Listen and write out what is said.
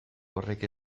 horrek